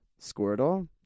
Squirtle